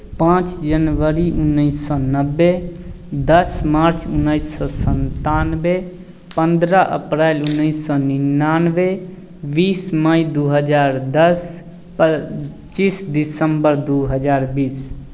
पाँच जनवरी उन्नीस सौ नब्बे दस मार्च उन्नीस सौ संतानवे पंद्रह अप्रैल उन्नीस सौ निन्यानवे बीस मई दो हज़ार दस पच्चीस दिसम्बर दो हज़ार बीस